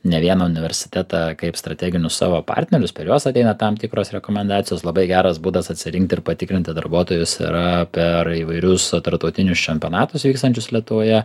ne vieną universitetą kaip strateginius savo partnerius per juos ateina tam tikros rekomendacijos labai geras būdas atsirinkti ir patikrinti darbuotojus yra per įvairius tarptautinius čempionatus vykstančius lietuvoje